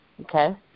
Okay